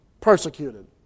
persecuted